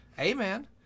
Amen